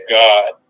God